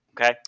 Okay